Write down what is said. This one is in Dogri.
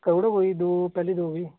करी ओड़ो कोई दो पैह्ली दो गी